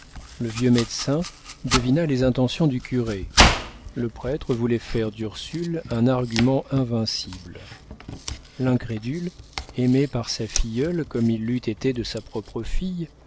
le vieux médecin devina les intentions du curé le prêtre voulait faire d'ursule un argument invincible l'incrédule aimé par sa filleule comme il l'eût été de sa propre fille